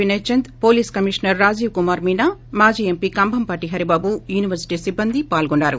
Vinay Chand police commissioner Rajeev Kumar Meena మాజీ parliament సభ్యుడు Kambhampati Haribabu university సిబ్బంది పాల్గొన్సారు